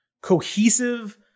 cohesive